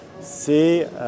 c'est